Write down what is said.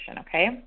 Okay